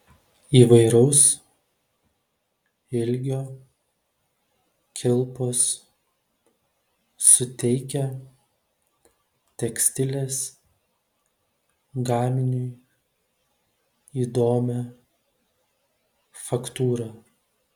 įvairaus ilgio kilpos suteikia tekstilės gaminiui įdomią faktūrą